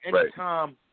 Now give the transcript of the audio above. anytime